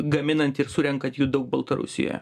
gaminant ir surenkant jų daug baltarusijoje